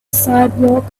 sidewalk